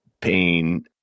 pain